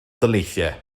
daleithiau